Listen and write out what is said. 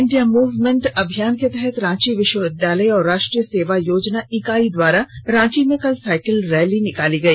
fit India Movement अभियान के तहत रांची विश्वविद्यालय और राष्ट्रीय सेवा योजना इकाई द्वारा रांची में कल साइकिल रैली निकाली गई